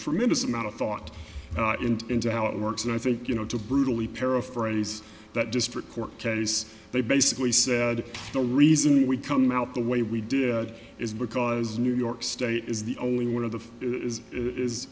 tremendous amount of thought into how it works and i think you know to brutally paraphrase that district court case they basically said the reason we come out the way we did is because new york state is the only one of the is is